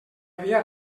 havia